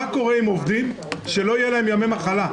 מה קורה עם עובדים שלא יהיה להם ימי מחלה?